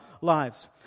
lives